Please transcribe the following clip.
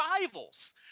rivals